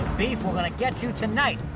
beef, we're gonna get you tonight.